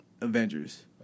Avengers